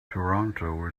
toronto